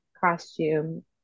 costume